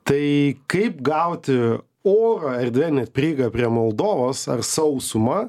tai kaip gauti oro erdvę nes prieiga prie moldovos ar sausuma